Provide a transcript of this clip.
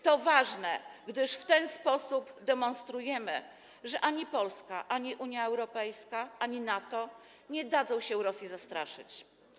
To ważne, gdyż w ten sposób demonstrujemy, że ani Polska, ani Unia Europejska, ani NATO nie dadzą się Rosji zastraszyć.